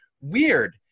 weird